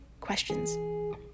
questions